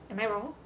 am I wrong